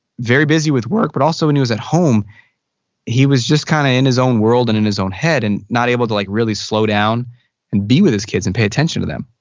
very busy with work. but also when he was at home he was just kind of in his own world and in his own head and not able to like really slow down and be with his kids and pay attention to them.